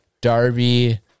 Darby